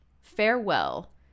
Farewell